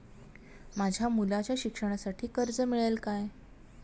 माझ्या मुलाच्या शिक्षणासाठी कर्ज मिळेल काय?